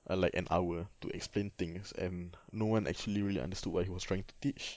ah like an hour to explain things and no one actually really understood what he was trying to teach